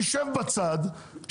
שיישב בצד,